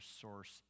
source